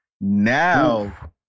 now